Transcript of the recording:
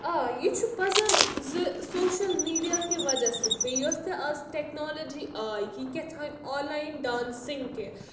آ یہِ چھُ پَزَر زِ سوشَل میٖڈیا کہِ وجہ سۭتۍ بیٚیہِ یۄس تہِ آز ٹیکنالجی آیہِ یہِ کیٛاہ تانۍ آنلاین ڈانسِنٛگ کہِ